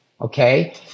okay